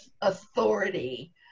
authority